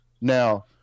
Now